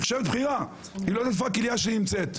נחשבת בכירה לא יודעת איפה הכליה שלי נמצאת.